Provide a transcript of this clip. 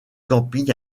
camping